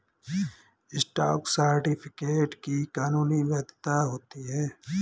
stock certificate की कानूनी वैधता होती है